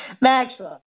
Maxwell